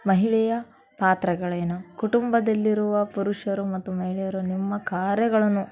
ಮಹಿಳೆಯ ಪಾತ್ರಗಳೇನು ಕುಟುಂಬದಲ್ಲಿರುವ ಪುರುಷರು ಮತ್ತು ಮಹಿಳೆಯರು ನಿಮ್ಮ ಕಾರ್ಯಗಳೇನು